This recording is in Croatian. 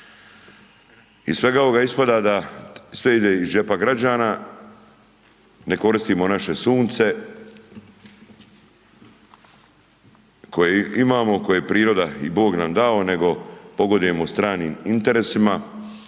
Iz svega ovoga ispada da ispada da sve ide iz džepa građana, ne koristimo naše sunce koje imamo, koje priroda i bog nam dao nego pogodujemo stranim interesima